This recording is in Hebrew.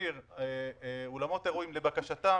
(ג)שולם לשכיר בעל שליטה בחברת מעטים הזכאי למענק לפי סעיף זה,